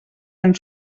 ens